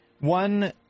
one